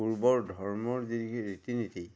পূৰ্বৰ ধৰ্মৰ যিখিনি ৰীতি নীতি